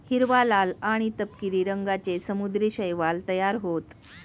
हिरवा, लाल आणि तपकिरी रंगांचे समुद्री शैवाल तयार होतं